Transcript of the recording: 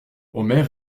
omer